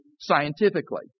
scientifically